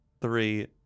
three